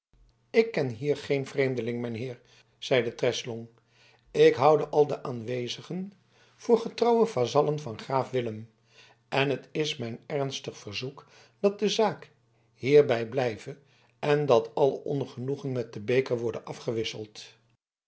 ik ken hier geen vreemdeling mijn heer zeide treslong ik houde al de aanwezigen voor getrouwe vazallen van graaf willem en het is mijn ernstig verzoek dat de zaak hierbij blijve en dat alle ongenoegen met den beker worde afgewisseld